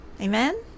Amen